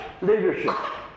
leadership